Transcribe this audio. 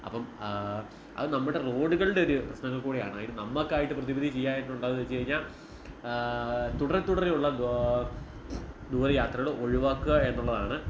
അപ്പം അത് നമ്മുടെ റോഡുകളുടെ ഒരു പ്രശ്നങ്ങൾ കൂടെയാണ് അതിന് നമുക്കായിട്ട് പ്രതിവിധി ചെയ്യാനുണ്ടോ എന്ന് ചോദിച്ചു കഴിഞ്ഞാൽ തുടരെത്തുടരെ ഉള്ള ദൂ ദൂരയാത്രകൾ ഒഴിവാക്കുക എന്നുള്ളതാണ്